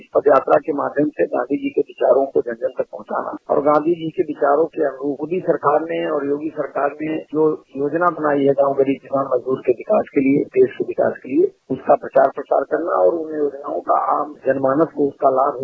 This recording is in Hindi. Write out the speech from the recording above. इस पद यात्रा के माध्यम से गांधी जी के विचारों को जन जन तक पहुंचाना और गांधी जी के विचारों के अनुरूप मोदी सरकार ने और योगी सरकार ने जो योजना बनाई है गांव गरीब किसान मजदूर के विकास के लिये देश के विकास के लिये उसका प्रचार प्रसार करना और उन योजनाओं का आम जन मानस को उसका लाभ हो